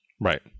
Right